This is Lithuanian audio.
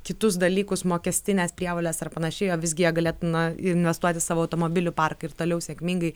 kitus dalykus mokestines prievoles ar panašiai o visgi jie galėtų na investuot į savo automobilių parką ir toliau sėkmingai